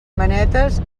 manetes